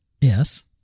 Yes